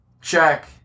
check